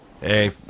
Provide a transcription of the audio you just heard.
Hey